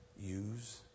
use